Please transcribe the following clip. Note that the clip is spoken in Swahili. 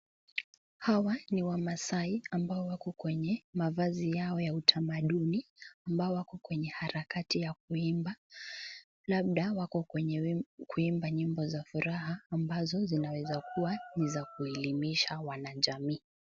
Hawa ni wamaasai ambao wako kwenye mavazi yao ya utamaduni:ambao wako kwenye harakati za kuimba. Labda wako kwenye kuimba nyimbo za furaha ambazo zinaeza kuwa ni za kuelimisha wanajamii.